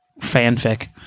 fanfic